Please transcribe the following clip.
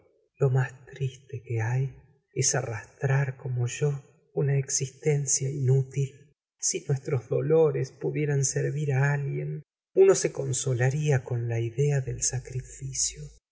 lo más triste que hay es arrastrar com o yo una existencia inútil si nuestros dolores pudieran servir á alguien uno se consolaría con la idea del sacrificio